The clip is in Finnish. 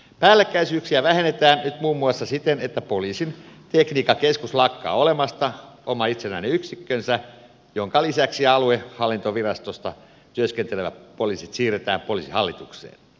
päällekkäisyyksiä vähennetään nyt muun muassa siten että poliisin tekniikkakeskus lakkaa olemasta oma itsenäinen yksikkönsä minkä lisäksi aluehallintovirastossa työskentelevät poliisit siirretään poliisihallitukseen